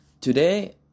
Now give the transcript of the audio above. Today